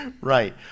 Right